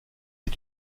est